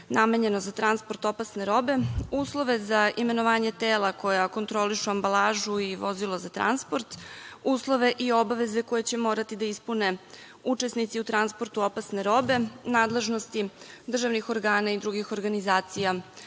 namenjeno za transport opasne robe, uslove za imenovanje tela koja kontrolišu ambalažu i vozila za transport, uslove i obaveze koje će morati da ispune učesnici u transportu opasne robe, nadležnosti državnih organa i drugih organizacija